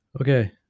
Okay